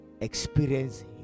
experience